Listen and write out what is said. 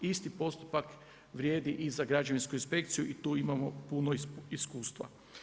Isti postupak vrijedi i za građevinsku inspekciju i tu imamo puno iskustva.